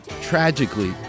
tragically